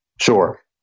Sure